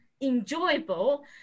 enjoyable